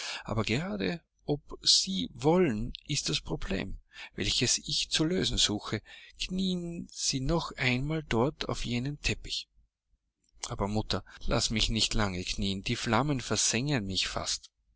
aber gerade ob sie wollen ist das problem welches ich zu lösen suche knieen sie noch einmal dort auf jenem teppich aber mutter laßt mich nicht lange knieen die flammen versengen mich fast